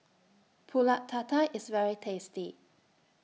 Pulut Tatal IS very tasty